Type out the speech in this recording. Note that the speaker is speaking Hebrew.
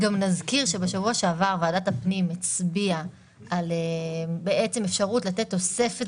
גם נזכיר שבשבוע שעבר וועדת הפנים הצביעה על בעצם אפשרות לתת תוספת